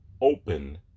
open